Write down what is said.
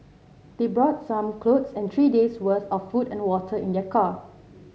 they brought some clothes and three days' worth of food and water in their car